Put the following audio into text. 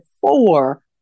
four